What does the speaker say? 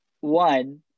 one